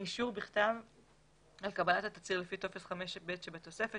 אישור בכתב על קבלת התצהיר לפי טופס 5ב שבתוספת,